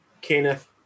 Kenneth